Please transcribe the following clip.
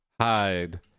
hide